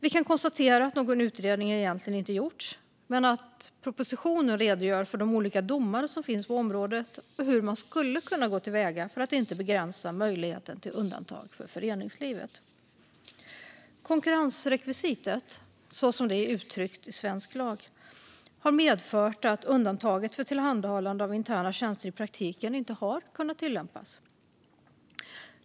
Vi kan konstatera att någon utredning egentligen inte har gjorts men att propositionen redogör för de olika domar som finns på området och hur man skulle kunna gå till väga för att inte begränsa möjligheten till undantag för föreningslivet. Konkurrensrekvisitet, så som det är uttryckt i svensk lag, har medfört att undantaget för tillhandahållande av interna tjänster i praktiken inte har kunnat tillämpas.